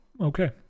Okay